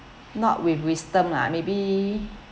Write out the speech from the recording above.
not with wisdom lah maybe